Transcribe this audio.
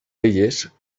elles